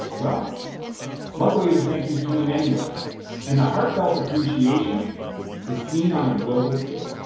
well luckily the thank-yous came anyway and the heartfelt appreciation was seen on a global scale.